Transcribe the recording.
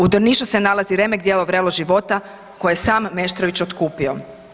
U Drnišu se nalazi remek-djelo „Vrelo života“ koju je sam Meštrović otkupio.